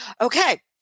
Okay